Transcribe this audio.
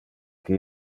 que